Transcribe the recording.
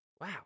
Wow